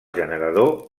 generador